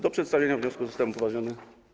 Do przedstawienia wniosku zostałem upoważniony.